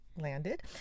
landed